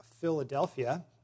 Philadelphia